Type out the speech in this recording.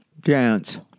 dance